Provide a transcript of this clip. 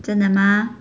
真的吗